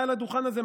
מעל הדוכן הזה,